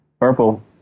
Purple